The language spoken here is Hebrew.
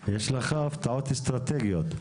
יש לך הפתעות אסטרטגיות.